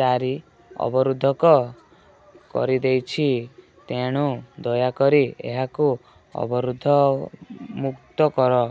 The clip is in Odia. ଚାରି ଅବରୋଧକ କରିଦେଇଛି ତେଣୁ ଦୟାକରି ଏହାକୁ ଅବରୋଧ ମୁକ୍ତ କର